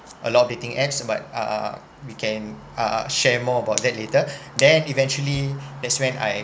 a lot of dating apps but uh we can uh share more about that later then eventually that's when I